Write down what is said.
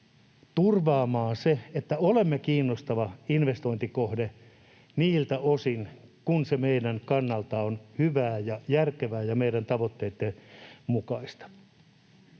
turvaamaan se, että olemme kiinnostava investointikohde niiltä osin kuin se meidän kannalta on hyvää ja järkevää ja meidän tavoitteitten mukaista.